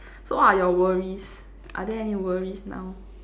so what are your worries are there any worries now